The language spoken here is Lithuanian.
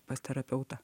pas terapeutą